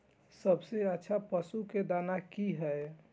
सबसे अच्छा पशु के दाना की हय?